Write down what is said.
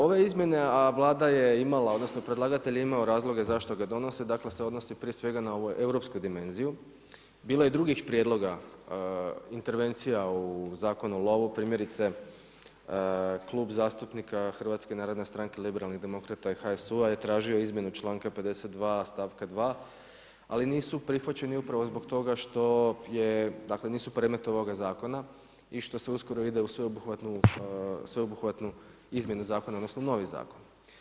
Ove izmjene a Vlada je imala, odnosno predlagatelj je imao razloge zašto ga donosi, dakle se odnosi prije svega na ovu europsku dimenziju, bilo je drugih prijedloga intervencija u Zakonu u lovu, primjerice, Klub zastupnika HNS-a, Liberalnih demokrata i HSU-u je tražio izmjenu članka 52. stavka 2 ali nisu prihvaćeni upravo zbog toga što je, dakle nisu predmet ovoga zakona, i što se uskoro ide u sveobuhvatnu izmjenu zakona, odnosno novi zakon.